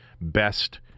best